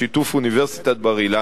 בשיתוף אוניברסיטת בר-אילן,